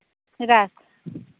राखू